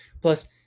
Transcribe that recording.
Plus